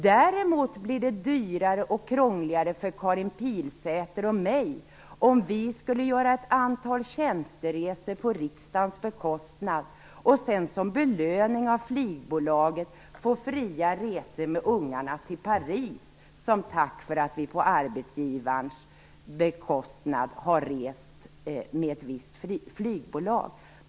Däremot blir det dyrare och krångligare för Karin Pilsäter och mig om vi skulle göra ett antal tjänsteresor på riksdagens bekostnad och sedan som belöning av flygbolaget få fria resor med ungarna till Paris som tack för att vi på arbetsgivarens bekostnad har rest med detta flygbolag.